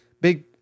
Big